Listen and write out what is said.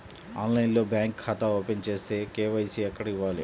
ఆన్లైన్లో బ్యాంకు ఖాతా ఓపెన్ చేస్తే, కే.వై.సి ఎక్కడ ఇవ్వాలి?